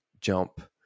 jump